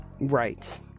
Right